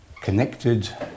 connected